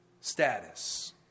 status